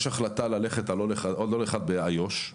יש החלטה ללכת על עוד אחד באזור יהודה